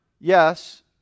yes